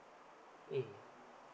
mm